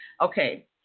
Okay